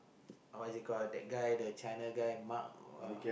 what is it called that guy the China guy Mark what